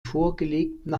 vorgelegten